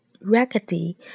raggedy